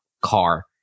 car